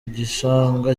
gishanga